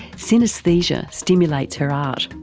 synaesthesia stimulates her art.